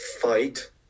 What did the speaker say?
fight